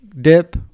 dip